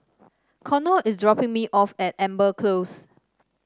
Konnor is dropping me off at Amber Close